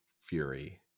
fury